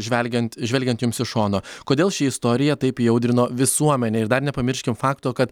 žvelgiant žvelgiantiems iš šono kodėl ši istorija taip įaudrino visuomenę ir dar nepamirškim fakto kad